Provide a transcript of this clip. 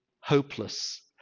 hopeless